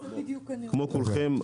כמו כולכם,